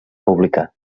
publicar